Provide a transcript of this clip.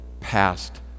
past